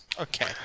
Okay